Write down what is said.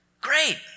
Great